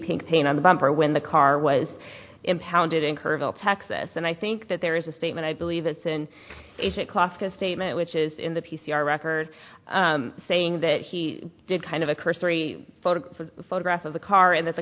pink paint on the bumper when the car was impounded in kerrville texas and i think that there is a statement i believe it's and it cost a statement which is in the p c r record saying that he did kind of a cursory photo photograph of the car and that's a